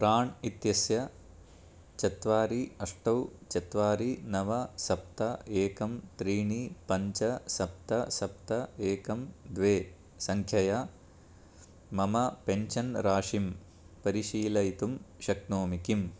प्राण् इत्यस्य चत्वारि अष्ट चत्वारि नव सप्त एकं त्रीणि पञ्च सप्त सप्त एकं द्वे सङ्ख्यया मम पेन्शन् राशिं परिशीलयितुं शक्नोमि किम्